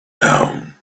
down